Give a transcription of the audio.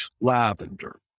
lavender